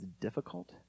difficult